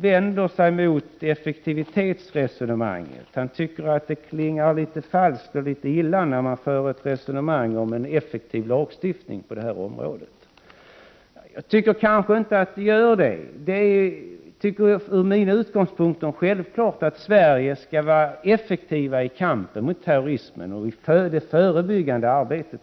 vänder sig mot effektivitetsresonemanget; han tycker att det klingar falskt och låter illa när man för ett resonemang om en effektiv lagstiftning på det här området. Från mina utgångspunkter är det självklart att Sverige skall vara effektivt i kampen mot terrorism och i det förebyggande arbetet.